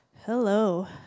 Hello